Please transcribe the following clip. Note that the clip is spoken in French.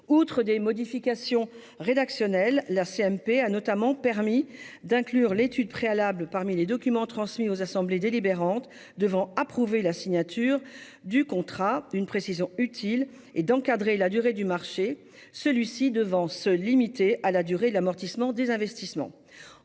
Outre des modifications rédactionnelles, la CMP a notamment permis d'inclure l'étude préalable parmi les documents transmis aux assemblées délibérantes devant approuver la signature du contrat- une précision utile -, et d'encadrer la durée du marché, celui-ci devant se limiter à la durée de l'amortissement des investissements.